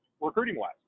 recruiting-wise